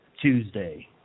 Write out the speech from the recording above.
Tuesday